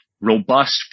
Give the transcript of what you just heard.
robust